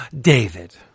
David